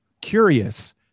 curious